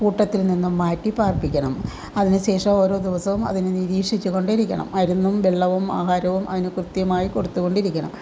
കൂട്ടത്തിൽ നിന്നും മാറ്റി പാർപ്പിക്കണം അതിനു ശേഷം ഓരോ ദിവസവും അതിനെ നിരീക്ഷിച്ച് കൊണ്ടിരിക്കണം മരുന്നും വെള്ളവും ആഹാരവും അതിന് കൃത്യമായി കൊടുത്തു കൊണ്ടിരിക്കണം